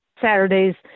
Saturday's